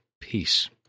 peace